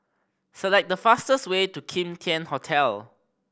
select the fastest way to Kim Tian Hotel